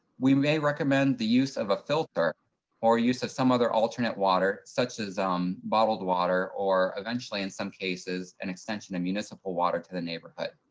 we may recommend the use of a filter or use of some other alternate water, such as um bottled water, or eventually in some cases, an extension of municipal water to the neighborhood.